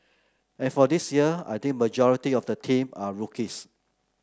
and for this year I think majority of the team are rookies